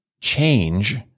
change